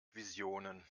visionen